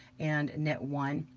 and knit one,